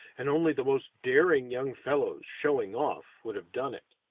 and only the most daring young fellows, showing off, would have done it.